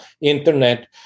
internet